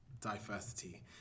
diversity